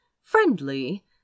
friendly